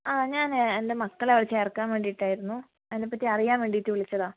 ആ ഞാൻ എൻ്റെ മക്കളെ അവിടെ ചേർക്കാൻ വേണ്ടയിട്ടായിരുന്നു അതിനെപ്പറ്റി അറിയാൻ വേണ്ടിയിട്ട് വിളിച്ചതാണ്